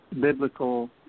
biblical